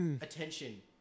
Attention